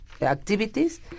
activities